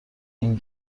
این